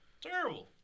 Terrible